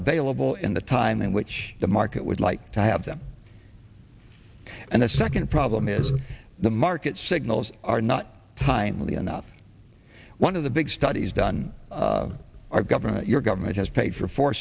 available in the time in which the market would like to have them and the second problem is the market signals are not timely enough one of the big studies done our government your government has paid for for